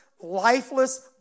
lifeless